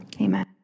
amen